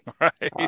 right